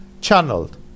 channeled